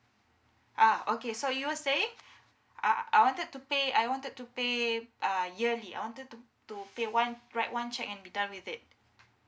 uh okay so you were saying I I wanted to pay I wanted to pay uh yearly I wanted to to pay one write one check and be done with it